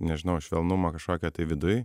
nežinau švelnumą kažkokį tai viduj